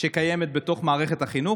שקיימת בתוך מערכת החינוך,